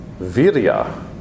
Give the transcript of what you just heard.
virya